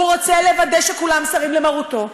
הוא רוצה לוודא שכולם סרים למרותו.